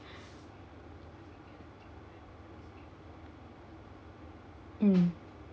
mm